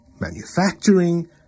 Manufacturing